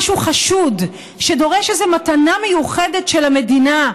משהו חשוד, שדורש איזו מתנה מיוחדת של המדינה,